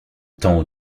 temps